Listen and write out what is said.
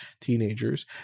teenagers